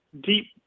deep